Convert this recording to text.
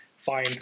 fine